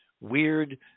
weird